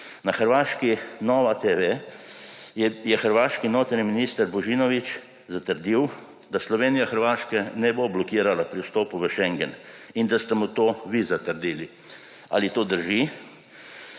Na Hrvaški NovaTV je hrvaški notranji minister Božinović zatrdil, da Slovenija Hrvaške ne bo blokirala pri vstopu v schengen in da ste mu to vi zatrdili. Ali to drži?